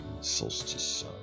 solstice